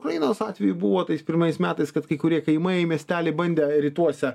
ukrainos atveju buvo tais pirmais metais kad kai kurie kaimai miesteliai bandė rytuose